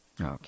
Okay